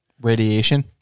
Radiation